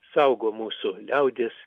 saugo mūsų liaudies